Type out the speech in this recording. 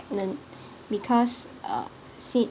because um